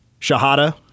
Shahada